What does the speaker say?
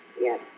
Yes